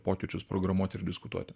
pokyčius programuoti ir diskutuoti